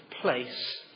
place